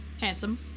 Handsome